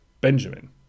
Benjamin